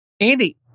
Andy